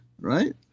right